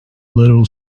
little